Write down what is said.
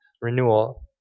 renewal